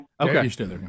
Okay